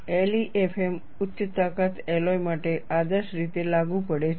LEFM ઉચ્ચ તાકાત alloy માટે આદર્શ રીતે લાગુ પડે છે